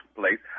place